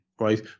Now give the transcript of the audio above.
right